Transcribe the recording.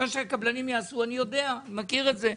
ואני יודע מה שהקבלנים יעשו אני מכיר את זה.